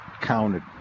counted